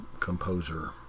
composer